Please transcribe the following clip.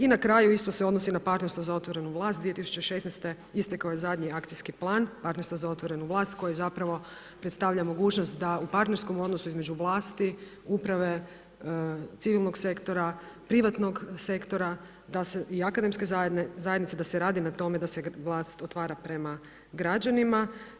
I na kraju, isto se odnosi i na partnerstvo za otvorenu vlast, 2016. istekao je zadnji akcijski plan partnerstva za otvorenu vlast koji zapravo predstavlja mogućnost da u partnerskom odnosu između vlasti, uprave, civilnog sektora, privatnog sektora i akademske zajednice da se radi na tome da se vlast otvara prema građanima.